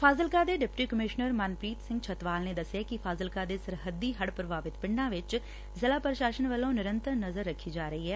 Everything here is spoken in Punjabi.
ਫਾਜ਼ਿਲਕਾ ਦੇ ਡਿਪਟੀ ਕਮਿਸ਼ਨਰ ਮਨਪ੍ਰੀਤ ਸਿੰਘ ਛੱਤਵਾਲ ਨੇ ਦਸਿਐ ਕਿ ਫਾਜ਼ਿਲਕਾ ਦੇ ਸਰਹੱਦੀ ਹਤ ਪ੍ਰਭਾਵਿਤ ਪਿੰਡਾਂ ਵਿਚ ਜ਼ਿਲ੍ਹਾ ਪ੍ਰਸ਼ਾਸਨ ਵੱਲੋਂ ਨਿਰੰਤਰ ਨਜ਼ਰ ਰੱਖੀ ਜਾ ਰਹੀ ਐ